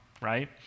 right